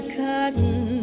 cotton